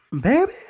baby